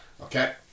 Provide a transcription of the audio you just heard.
okay